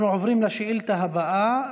אנחנו עוברים לשאילתה הבאה,